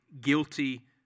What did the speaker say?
guilty